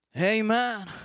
Amen